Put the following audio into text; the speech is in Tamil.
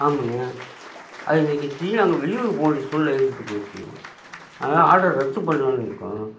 ஆமாங்க அது இன்றைக்கி திடீர்ன்னு நாங்கள் வெளியூர் போக வேண்டிய சூழ்நிலை ஏற்பட்டு போய்ச்சி அதான் ஆட்ரு ரத்து பண்ணலான்னு இருக்கோம்